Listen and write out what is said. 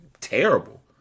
terrible